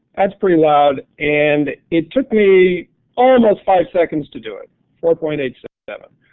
that's pretty loud and it took me almost five seconds to do it. four point eight seven.